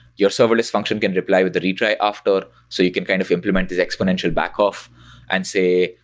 your serverless function can reply with the retry after so you can kind of implement this exponential back off and say,